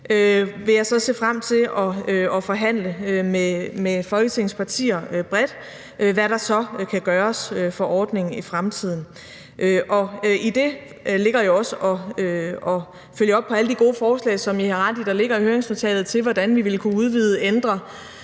vil jeg så se frem til at forhandle med Folketingets partier bredt om, hvad der så kan gøres for ordningen i fremtiden. Og i det ligger jo også at følge op på alle de gode forslag, som I har ret i ligger i høringsnotatet, til, hvordan vi vil kunne udvide, ændre